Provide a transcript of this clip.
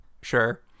Sure